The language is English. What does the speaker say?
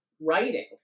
writing